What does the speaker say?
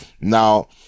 Now